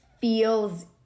feels